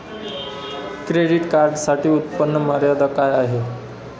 Credit कार्डसाठी उत्त्पन्न मर्यादा काय आहे?